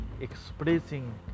expressing